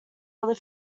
other